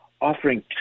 offering